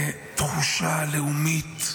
לתחושה לאומית,